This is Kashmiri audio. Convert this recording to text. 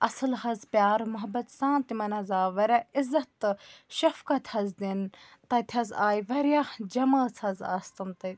اصٕل حظ پیار محبت سان تِمَن حظ آو واریاہ عِزت تہٕ شفقت حظ دِنہٕ تَتہِ حظ آیہِ واریاہ جَمٲژ حظ آسہٕ تِم تَتہِ